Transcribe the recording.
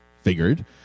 figured